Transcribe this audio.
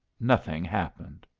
nothing happened!